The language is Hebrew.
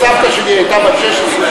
שאם סבתא שלי הייתה בת 17-16,